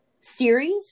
series